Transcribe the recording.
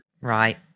right